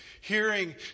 Hearing